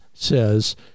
says